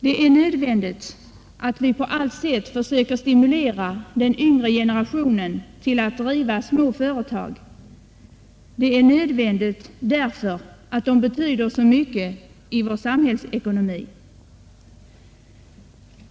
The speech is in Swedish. Det är nödvändigt att vi på allt sätt försöker stimulera den yngre generationen till att driva småföretag — det är nödvändigt därför att de betyder så mycket i vår samhällsekonomi.